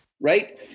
right